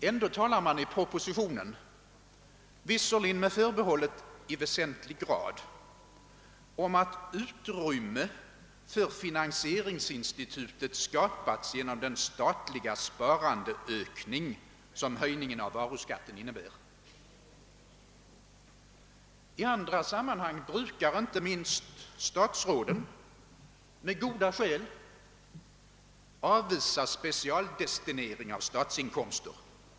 Ändå talas det i propositionen — visserligen med förbehållet »i väsentlig grad» — om att utrymme för finansieringsinstitutet skapas genom den statliga sparandeökning som höjningen av varuskatten innebär. I andra sammanhang brukar inte minst statsråden, med goda skäl, avvisa specialdestinering av statsinkomster.